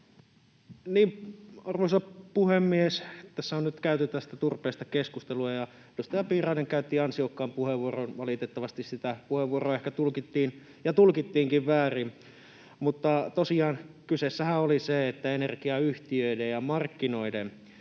Arvoisa puhemies! Tässä on nyt käyty tästä turpeesta keskustelua, ja edustaja Piirainen käytti ansiokkaan puheenvuoron. Valitettavasti sitä puheenvuoroa ehkä tulkittiin — ja tulkittiinkin — väärin, mutta tosiaan kyseessähän oli se, että energiayhtiöiden ja markkinoiden